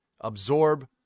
absorb